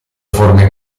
forme